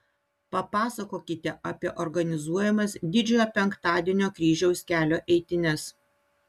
papasakokite apie organizuojamas didžiojo penktadienio kryžiaus kelio eitynes